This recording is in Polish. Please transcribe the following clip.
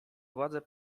władze